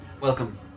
welcome